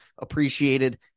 appreciated